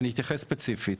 אתייחס ספציפית.